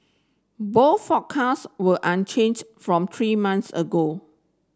both forecast were unchanged from three months ago